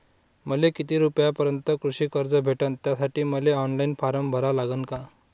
मले किती रूपयापर्यंतचं कृषी कर्ज भेटन, त्यासाठी मले ऑनलाईन फारम भरा लागन का?